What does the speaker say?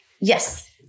Yes